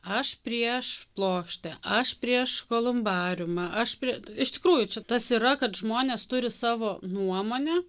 aš prieš plokštę aš prieš kolumbariumą aš prie iš tikrųjų čia tas yra kad žmonės turi savo nuomonę